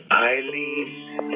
Eileen